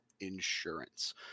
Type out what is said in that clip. insurance